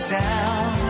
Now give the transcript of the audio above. down